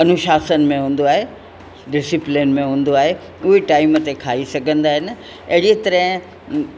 अनुशासन में हूंदो आहे डिसीप्लेन में हूंदो आहे उहा टाइम ते खाई सघंदा आहिनि अहिड़ीअ तरह